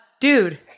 Dude